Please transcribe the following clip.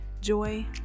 joy